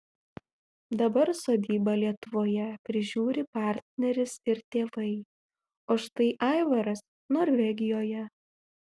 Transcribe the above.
dabar sodybą lietuvoje prižiūri partneris ir tėvai o štai aivaras norvegijoje